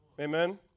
Amen